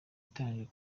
iteganyijwe